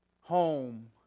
home